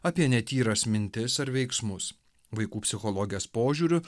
apie netyras mintis ar veiksmus vaikų psichologės požiūriu